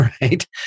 right